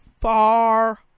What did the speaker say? far